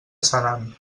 senan